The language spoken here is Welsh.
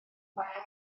mae